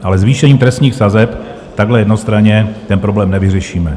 Ale zvýšením trestních sazeb takhle jednostranně ten problém nevyřešíme.